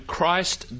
Christ